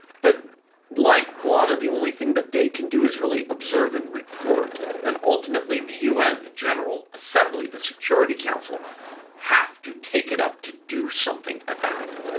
but like wada, the only thing that they can do is really observe and report and ultimately the un, the general assembly, the security council have to take it up to do something about it,